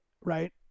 right